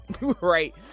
Right